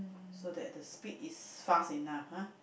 so that the speed is fast enough !huh!